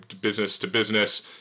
business-to-business